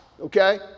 okay